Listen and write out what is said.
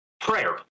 Prayer